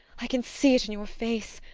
i can see it in your face!